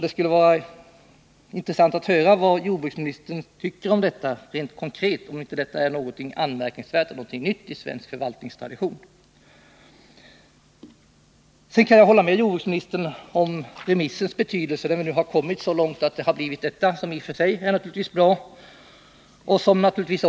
Det vore värdefullt att få veta vad jordbruksministern tycker om det här förfarandet. Är det inte någonting nytt i svensk förvaltningstradition? Jag kan hålla med jordbruksministern om det han sade om remissens betydelse. När nu ärendet kommit så långt att det gått ut på remiss, är detta naturligtvis bra i och för sig.